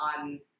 on